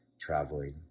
traveling